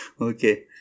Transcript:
Okay